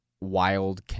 wild